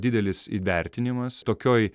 didelis įvertinimas tokioj